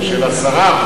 של 10%,